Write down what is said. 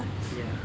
ya